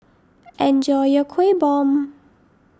enjoy your Kuih Bom